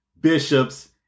bishops